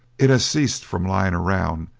it has ceased from lying around,